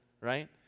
right